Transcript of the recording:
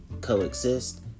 coexist